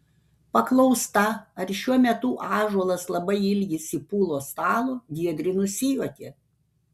paklausta ar šiuo metu ąžuolas labai ilgisi pulo stalo giedrė nusijuokė